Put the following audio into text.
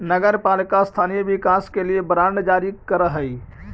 नगर पालिका स्थानीय विकास के लिए बांड जारी करऽ हई